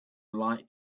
light